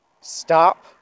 stop